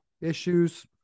Issues